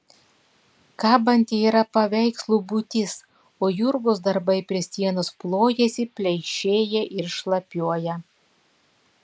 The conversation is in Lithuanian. kabanti yra paveikslų būtis o jurgos darbai prie sienos plojasi pleišėja ir šlapiuoja